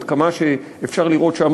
עד כמה שאפשר לראות שם,